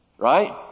Right